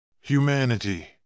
Humanity